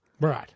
Right